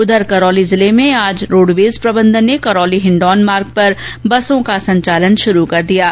उधर करौली जिले में आज रोडवेज प्रबंधन ने करौली हिण्डौन मार्ग ेपर बसों का संचालन शुरू कर दिया है